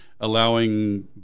allowing